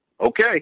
okay